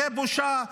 זו בושה.